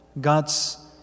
God's